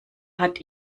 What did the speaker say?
hat